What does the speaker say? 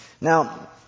Now